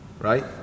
Right